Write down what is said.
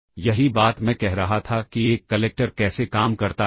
अब सवाल यह है कि यह वापस कैसे आता है